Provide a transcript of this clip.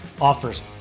offers